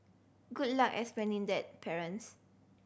good luck explaining that parents